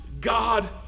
God